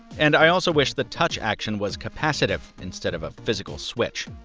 and i also wish the touch action was capacitive instead of a physical switch.